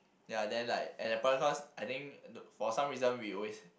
ya then like at that point cause I think for some reason we always